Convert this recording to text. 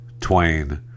Twain